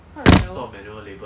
what the hell